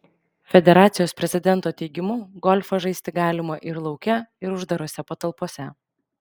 federacijos prezidento teigimu golfą žaisti galima ir lauke ir uždarose patalpose